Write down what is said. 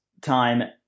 time